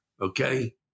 Okay